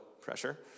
pressure